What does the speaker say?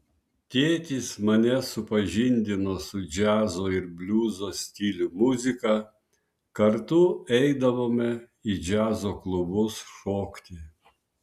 tėtis mane supažindino su džiazo ir bliuzo stilių muzika kartu eidavome į džiazo klubus šokti